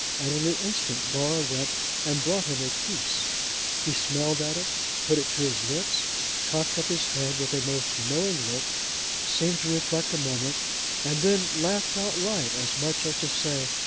and in an instant laura went and brought him a piece he smelled at it put it to his lips cocked up his head with a most knowing look seemed to reflect a moment and then laughed outright, as much as to say,